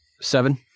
Seven